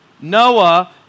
Noah